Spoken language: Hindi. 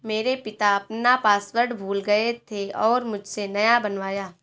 मेरे पिता अपना पासवर्ड भूल गए थे और मुझसे नया बनवाया